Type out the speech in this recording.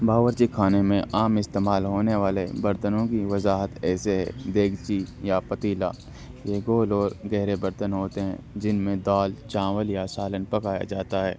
باورچی خانے میں عام استعمال ہونے والے برتنوں کی وضاحت ایسے ہے دیگچی یا پتیلا یہ گول اور گہرے برتن ہوتے ہیں جن میں دال چاول یا سالن پکایا جاتا ہے